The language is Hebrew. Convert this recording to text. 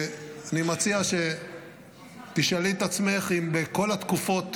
אני מציע שתשאלי את עצמך אם בכל התקופות